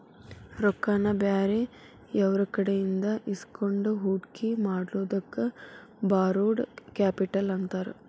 ರೊಕ್ಕಾನ ಬ್ಯಾರೆಯವ್ರಕಡೆಇಂದಾ ಇಸ್ಕೊಂಡ್ ಹೂಡ್ಕಿ ಮಾಡೊದಕ್ಕ ಬಾರೊಡ್ ಕ್ಯಾಪಿಟಲ್ ಅಂತಾರ